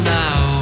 now